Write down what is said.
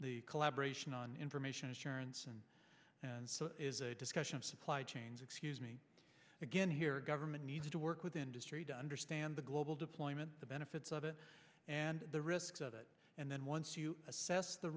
the collaboration on information assurance and discussion of supply chains excuse me again here government needs to work with industry to understand the global deployment the benefits of it and the risks of it and then once